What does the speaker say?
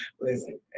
Listen